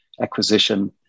acquisition